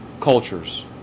cultures